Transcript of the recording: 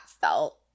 felt